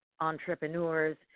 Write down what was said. entrepreneurs